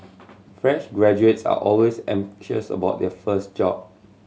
fresh graduates are always anxious about their first job